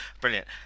Brilliant